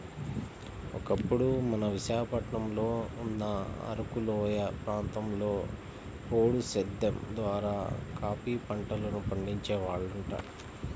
ఒకప్పుడు మన విశాఖపట్నంలో ఉన్న అరకులోయ ప్రాంతంలో పోడు సేద్దెం ద్వారా కాపీ పంటను పండించే వాళ్లంట